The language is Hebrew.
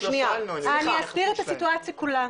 אני אסביר את הסיטואציה כולה.